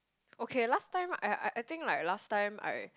okay last time I I I think like last time I